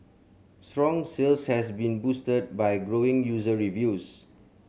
strong sales has been boosted by glowing user reviews